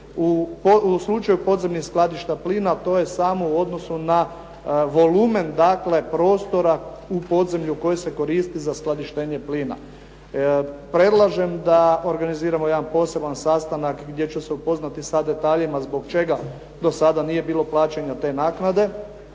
U slučaju podzemnih skladišta plina to je samo u odnosu na volumen prostora u podzemlju koje se koristi za skladištenje plina. Predlažem da organiziramo jedan poseban sastanak gdje će se upoznati sa detaljima zbog čega do sada nije bilo plaćanja te naknade